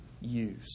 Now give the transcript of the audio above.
use